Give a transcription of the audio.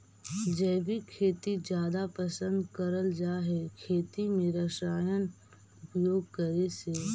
जैविक खेती जादा पसंद करल जा हे खेती में रसायन उपयोग करे से